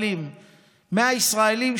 100 ישראלים,